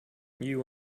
you